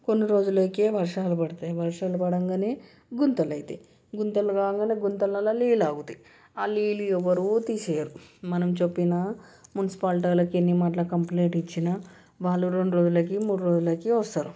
కొన్ని రోజులకే వర్షాలు పడతాయి వర్షాలు పడంగానే గుంతలు అవుతాయి గుంతలు కాగానే గుంతలలో నీళ్ళు ఆగుతాయి ఆ నీళ్ళు ఎవరు తీసేయరు మనం చెప్పిన మున్సిపలిటి వాళ్ళకి ఎన్ని మార్లు కంప్లైంట్ ఇచ్చినా వాళ్ళు రెండు రోజులకి మూడు రోజులకి వస్తారు